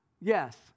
Yes